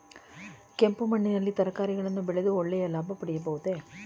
ಕೆಂಪು ಮಣ್ಣಿನಲ್ಲಿ ತರಕಾರಿಗಳನ್ನು ಬೆಳೆದು ಒಳ್ಳೆಯ ಲಾಭ ಪಡೆಯಬಹುದೇ?